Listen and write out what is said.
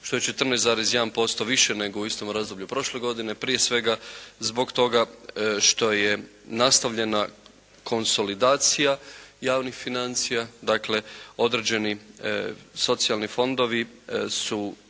što je 14,1% više nego u istom razdoblju prošle godine. Prije svega zbog toga što je nastavljena konsolidacija javnih financija. Dakle određeni socijalni fondovi su